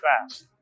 fast